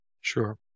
Sure